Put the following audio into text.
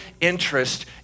interest